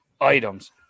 items